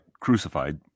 crucified